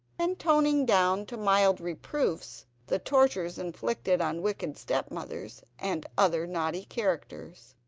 and toning down to mild reproofs the tortures inflicted on wicked stepmothers, and other naughty characters.